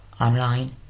online